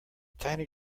tiny